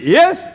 yes